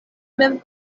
mem